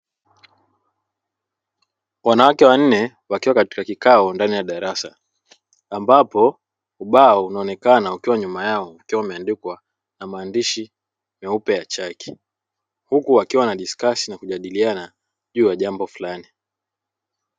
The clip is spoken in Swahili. Wanawakee wanne wakiwa katika kikao ndani ya darasa ambapo ubao unaonekana ukiwa nyuma yao ukiwa umeandikwa na maandishi meupe ya chaki huku wakiwa wanajadiliana juu ya jambo fulani.